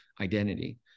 identity